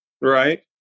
Right